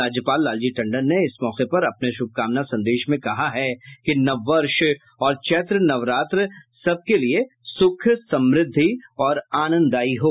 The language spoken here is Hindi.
राज्यपाल लालजी टंडन ने इस मौके पर अपने शुभकामना संदेश में कहा है कि नव वर्ष और चैत्री नवरात्र सबके लिए सुख समृद्धि और आनन्द दायी हों